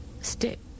stick